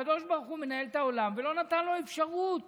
הקדוש ברוך הוא מנהל את העולם ולא נתן לו אפשרות